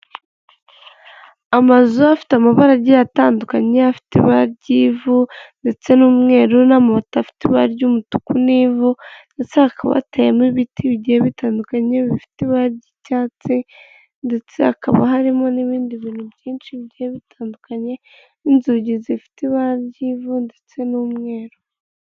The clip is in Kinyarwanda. Amazu afite amabara agiye atandukanye afite iba ry'ivu ndetse n'umweru n'amabati afite ibara ry'umutuku n'ivu, ndetse hakaba hateyemo ibiti bigiye bitandukanye bifite ibara ry'icyatsi, ndetse hakaba harimo n'ibindi bintu byinshi byari bitandukanye n'inzugi zifite ibara ry'ivu ndetse n'umweru.